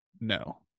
No